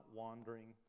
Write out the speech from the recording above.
wandering